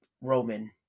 Roman